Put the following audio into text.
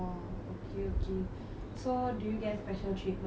okay okay so do you get special treatment